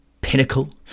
pinnacle